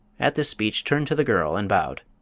at this speech turned to the girl and bowed.